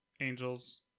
angels